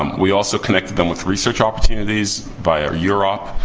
um we also connected them with research opportunities via urop,